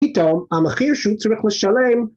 פתאום המחיר שהוא צריך לשלם.